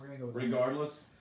regardless